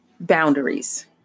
boundaries